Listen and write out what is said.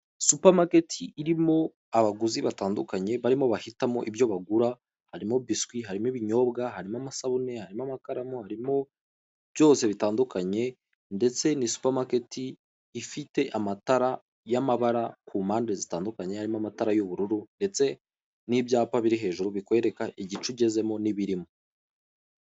Supamaketi irimo abaguzi batandukanye barimo bahitamo ibyo bagura harimo biswi, harimo ibinyobwa, harimo amasabune, harimo amakaramu, harimo byose bitandukanye ndetse na supamaketi ifite amatara y'amabara ku mpande zitandukanye harimo amatara y'ubururu ndetse n'ibyapa biri hejuru bikwereka igice ugezemo n'ibirimo.